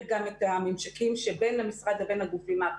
גם את הממשקים שבין המשרד לבין הגופים האחרים.